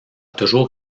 toujours